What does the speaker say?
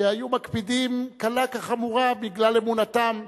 שהיו מקפידים קלה כחמורה בגלל אמונתם,